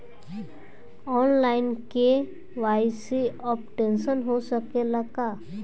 आन line KYC updation हो सकेला का?